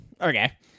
okay